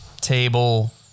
table